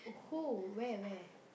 who where where